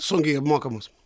sunkiai apmokamas